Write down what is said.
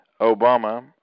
Obama